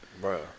bro